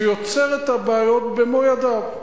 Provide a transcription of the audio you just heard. שיוצר את הבעיות במו-ידיו,